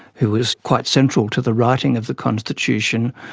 who was quite central to the writing of the constitution,